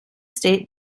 state